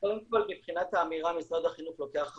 קודם כל מבחינת האמירה משרד החינוך לוקח אחריות,